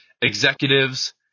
executives